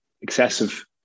excessive